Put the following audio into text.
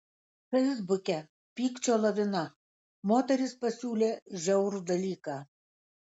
feisbuke pykčio lavina moteris pasiūlė žiaurų dalyką